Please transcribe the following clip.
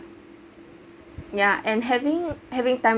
yeah and having having time